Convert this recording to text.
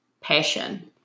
passion